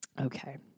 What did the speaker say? Okay